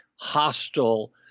hostile